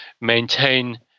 maintain